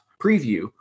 preview